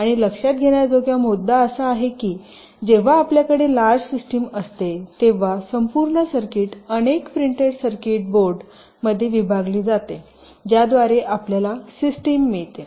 आणि लक्षात घेण्याजोगा मुद्दा असा आहे की जेव्हा आपल्याकडे लार्ज सिस्टिम असते तेव्हा संपूर्ण सर्किट अनेक प्रिंटेड सर्किट बोर्डां मध्ये विभागली जाते ज्याद्वारे आपल्याला सिस्टम मिळते